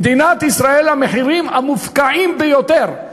במדינת ישראל המחירים המופקעים ביותר,